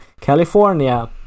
California